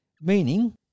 meaning